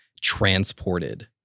transported